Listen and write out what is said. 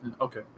okay